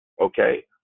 okay